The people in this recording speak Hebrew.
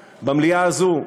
אתמול דיברתי במקום פומבי כלשהו,